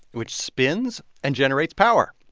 which spins and generates power